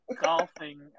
golfing